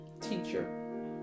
teacher